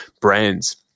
brands